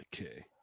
Okay